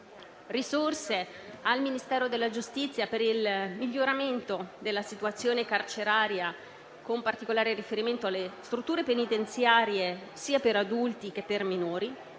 risorse al Ministero della giustizia per il miglioramento della situazione carceraria, con particolare riferimento alle strutture penitenziarie sia per adulti che per minori;